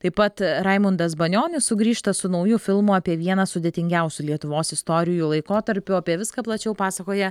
taip pat raimundas banionis sugrįžta su nauju filmu apie vieną sudėtingiausių lietuvos istorijų laikotarpių apie viską plačiau pasakoja